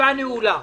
הישיבה נעולה.